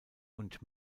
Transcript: und